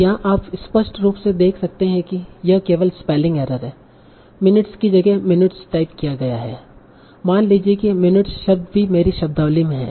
यहाँ आप स्पष्ट रूप से देख सकते हैं कि यह केवल स्पेलिंग एरर है minutes कि जगह minuets टाइप किया गया है मान लीजिए कि minuets शब्द भी मेरी शब्दावली में है